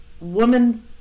woman